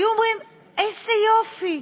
היו אומרים: איזה יופי,